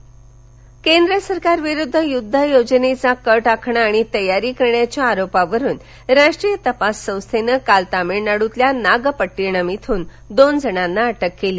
केंद्र सरकार केंद्र सरकारविरुद्ध युद्ध योजनेचा कट आखणे आणि तयारी करण्याच्या आरोपांवरुन राष्ट्रीय तपास संस्थेनं काल तमिळनाडुतील नागपट्टीणम इथून दोन जणांना अटक केली